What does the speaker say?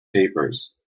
papers